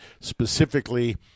specifically